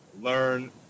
learn